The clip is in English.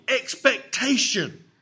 Expectation